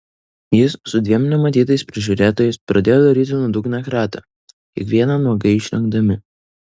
jis su dviem nematytais prižiūrėtojais pradėjo daryti nuodugnią kratą kiekvieną nuogai išrengdami